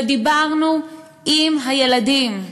ודיברנו עם הילדים.